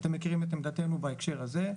אתם מכירים את עמדתנו בהקשר הזה.